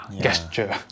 gesture